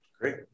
Great